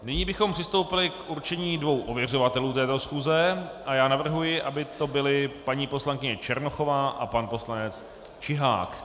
Nyní bychom přistoupili k určení dvou ověřovatelů této schůze a já navrhuji, aby to byli paní poslankyně Černochová a pan poslanec Čihák.